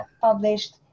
published